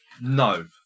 No